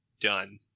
done